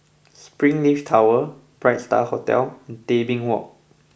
Springleaf Tower Bright Star Hotel Tebing Walk